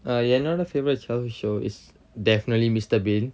uh என்னோட:ennoda favourite childhood show it's definitely mister bean